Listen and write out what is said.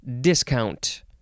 discount